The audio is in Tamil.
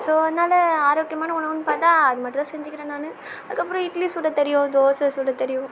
ஸோ அதனால் ஆரோக்கியமான உணவுன்னு பார்த்தா அது மட்டும் தான் செஞ்சிக்கிறேன் நான் அதுக்கு அப்புறம் இட்லி சுட தெரியும் தோசை சுட தெரியும்